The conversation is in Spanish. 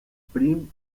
prim